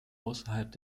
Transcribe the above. außerhalb